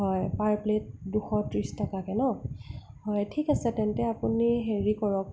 হয় পাৰ প্লেট দুশ ত্ৰিছ টকাকৈ ন হয় ঠিক আছে তেন্তে আপুনি হেৰি কৰক